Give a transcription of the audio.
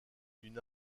d’une